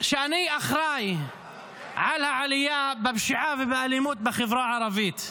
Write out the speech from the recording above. שאני אחראי על העלייה בפשיעה ובאלימות בחברה הערבית,